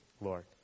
Lord